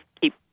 keep